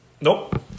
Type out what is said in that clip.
Nope